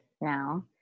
now